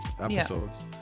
episodes